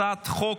הצעת חוק